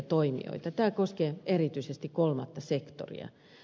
tämä koskee erityisesti kolmatta sektoria